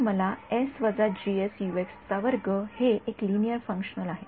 तर मग हे एक लिनिअर फंक्शनलआहे